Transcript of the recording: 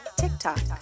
TikTok